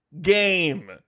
game